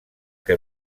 que